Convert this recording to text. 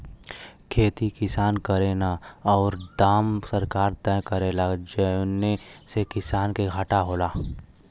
खेती किसान करेन औरु दाम सरकार तय करेला जौने से किसान के घाटा होला